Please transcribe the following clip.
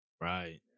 Right